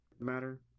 matter